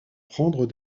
prendre